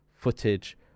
footage